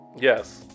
Yes